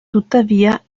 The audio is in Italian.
tuttavia